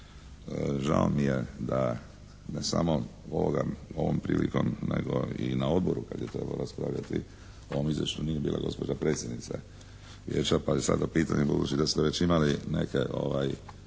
Žao mi je da samo ovom prilikom nego i na Odboru kada je trebalo raspravljati o ovom Izvješću nije bila gospođa predsjednica Vijeća pa je sada pitanje budući da ste već imali neke